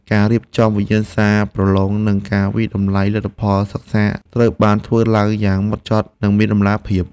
ការរៀបចំវិញ្ញាសាប្រឡងនិងការវាយតម្លៃលទ្ធផលសិក្សាត្រូវបានធ្វើឡើងយ៉ាងម៉ត់ចត់និងមានតម្លាភាព។